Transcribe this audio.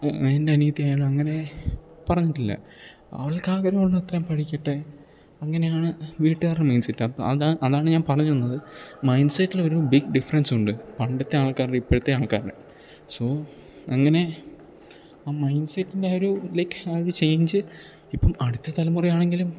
എൻ്റെ അനിയത്തി ആയാലും അങ്ങനെ പറഞ്ഞിട്ടില്ല അവൾക്കാഗ്രഹം ഉള്ളത്രയും പഠിക്കട്ടെ അങ്ങനെയാണ് വീട്ടുകാരുടെ മൈൻഡ്സെറ്റ് അപ്പം അതാണ് ഞാൻ പറഞ്ഞ് വന്നത് മൈൻഡ്സെറ്റില് ഒരു ബിഗ് ഡിഫറൻസ് ഉണ്ട് പണ്ടത്തെ ആൾക്കാരുടെ ഇപ്പോഴത്തെ ആൾക്കാരുടെ സോ അങ്ങനെ ആ മൈൻഡ്സെറ്റിൻ്റെ ആ ഒരു ലൈക്ക് ആ ഒരു ചേഞ്ച് ഇപ്പം അടുത്ത തലമുറ ആണെങ്കിലും